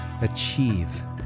achieve